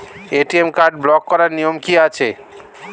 ATM card block করার নিয়ম কি আছে?